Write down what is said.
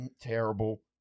terrible